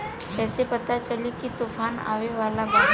कइसे पता चली की तूफान आवा वाला बा?